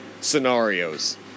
scenarios